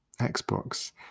Xbox